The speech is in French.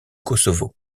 kosovo